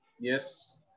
Yes